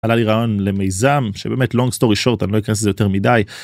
עלה לי רעיון למיזם שבאמת long story short אני לא אכנס לזה יותר מדי